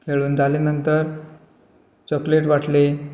खेळून जालें नंतर चॉकलेट वाटलीं